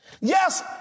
Yes